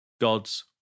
God's